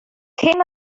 came